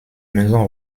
maison